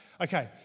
Okay